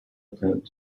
attempt